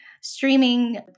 streaming